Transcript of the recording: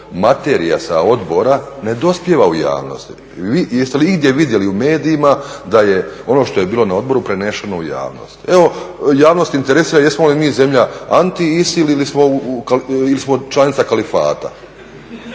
materija sa odbora ne dospijeva u javnost. Jeste li igdje vidjeli u medijima da je ono što je bilo na odboru preneseno u javnost. Evo javnost interesira jesmo li mi zemlja anti ISIL ili smo članica kalifata.